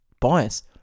bias